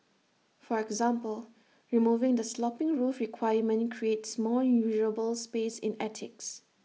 for example removing the sloping roof requirement creates more usable space in attics